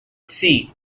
see